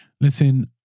Listen